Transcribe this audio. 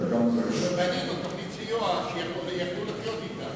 ובנינו תוכנית סיוע שיכלו לחיות אתה.